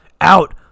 Out